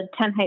10